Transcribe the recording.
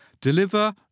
deliver